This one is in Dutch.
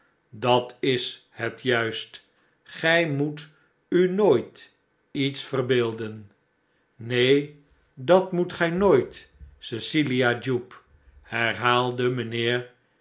dat is het juist gij moet u nooit iets verbeelden neen dat moet gij nooit cecilia jupe herhaalde mijnheer